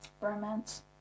Romance